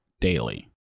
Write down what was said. Daily